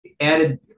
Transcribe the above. added